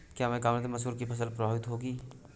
क्या कम आर्द्रता से मसूर की फसल प्रभावित होगी?